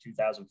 2000